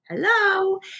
Hello